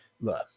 look